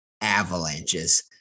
avalanches